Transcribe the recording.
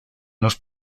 los